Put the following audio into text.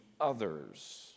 others